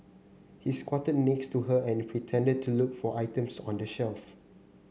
he squatted next to her and pretended to look for items on the shelf